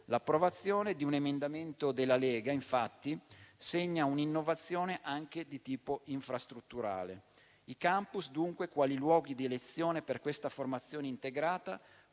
L'approvazione di un emendamento della Lega, infatti, segna un'innovazione anche di tipo infrastrutturale: i *campus*, dunque, quali luoghi di elezione per questa formazione integrata,